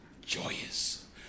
joyous